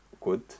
good